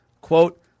Quote